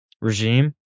regime